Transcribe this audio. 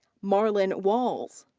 marlon walls.